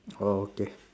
orh okay